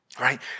right